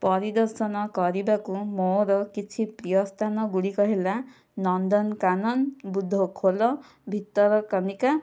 ପରିଦର୍ଶନ କରିବାକୁ ମୋର କିଛି ପ୍ରିୟ ସ୍ଥାନ ଗୁଡ଼ିକ ହେଲା ନନ୍ଦନକାନନ ବୁଦ୍ଧଖୋଲ ଭିତରକନିକା